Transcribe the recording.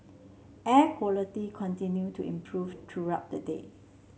air quality continue to improve throughout the day